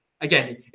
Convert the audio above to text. again